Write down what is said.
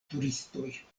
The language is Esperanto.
turistoj